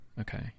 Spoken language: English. okay